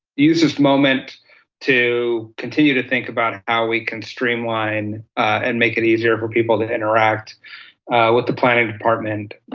use this moment to continue to think about how we can streamline and make it easier for people to interact with the planning department